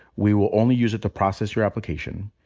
we will only use it to process your application.